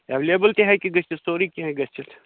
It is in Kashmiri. اٮ۪ویلیبُل تہِ ہٮ۪کہِ گٔژھِتھ سورٕے کیٚنہہ ہٮ۪کہِ گٔژھِتھ